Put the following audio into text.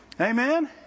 Amen